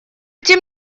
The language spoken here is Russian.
тем